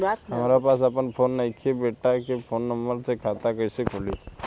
हमरा पास आपन फोन नईखे बेटा के फोन नंबर से खाता कइसे खुली?